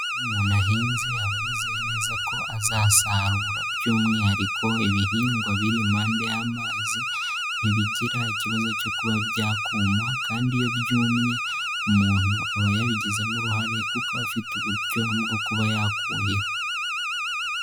Iyo umuntu ahinze aba yizeye neza ko azasarura by'umwihariko ibihingwa biri impanda y'amazi ntibigira ikibazo cyo kuba byakuma kandi iyo byumye umuntu aba yabigizemo uruhare kuko afite uburyo bwo kuba yakuhira.